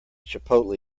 chipotle